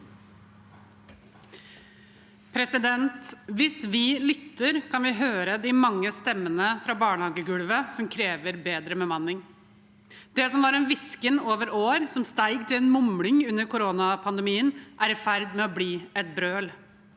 Hvis vi lytter, kan vi høre de mange stemmene fra barnehagegulvet som krever bedre bemanning. Det som var en hvisking over år, som steg til en mumling under koronapandemien, er i ferd med å bli et brøl.